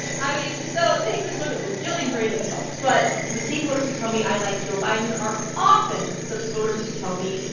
i mean, so take this with a bazillion grains of salt. but the same voters who tell me, i like joe biden, are often the voters who tell me,